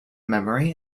memory